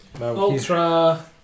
Ultra